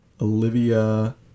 Olivia